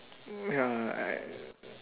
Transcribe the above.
ya I